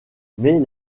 mais